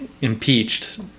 impeached